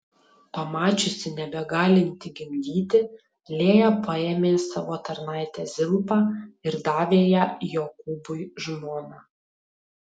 pamačiusi nebegalinti gimdyti lėja paėmė savo tarnaitę zilpą ir davė ją jokūbui žmona